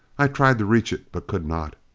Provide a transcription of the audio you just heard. i tried to reach it but could not.